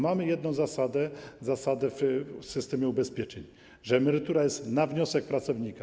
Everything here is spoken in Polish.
Mamy jedną zasadę w systemie ubezpieczeń: emerytura jest na wniosek pracownika.